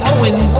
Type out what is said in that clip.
Owen